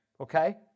okay